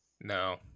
No